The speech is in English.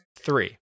Three